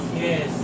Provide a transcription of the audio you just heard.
yes